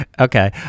Okay